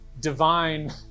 divine